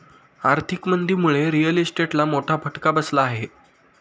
आर्थिक मंदीमुळे रिअल इस्टेटला मोठा फटका बसला आहे